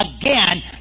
again